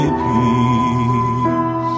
peace